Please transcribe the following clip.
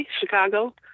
Chicago